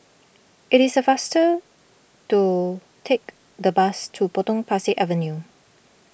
it is a faster to take the bus to Potong Pasir Avenue